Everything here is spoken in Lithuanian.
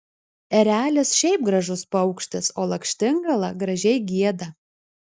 erelis šiaip gražus paukštis o lakštingala gražiai gieda